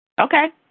Okay